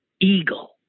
eagle